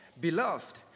Beloved